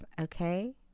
okay